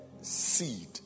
seed